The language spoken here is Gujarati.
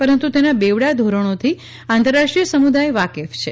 પરંતુ તેનાં બેવડાં ધોરણોથી આંતરરાષ્ટ્રીય સમુદાય વાકેફ છે